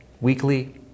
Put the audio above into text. weekly